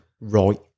right